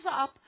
up